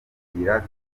kwakira